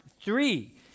three